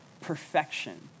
perfection